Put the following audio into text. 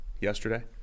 Yesterday